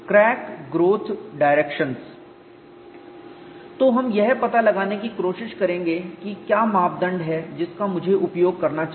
crack growth directions तो हम यह पता लगाने की कोशिश करेंगे कि क्या मापदंड है जिसका मुझे उपयोग करना चाहिए